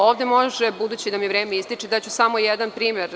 Ovde može, budući da mi vreme ističe, daću samo jedan primer.